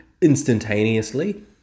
instantaneously